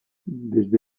desde